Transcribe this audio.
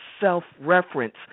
self-reference